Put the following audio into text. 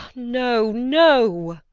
no no